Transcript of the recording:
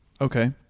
Okay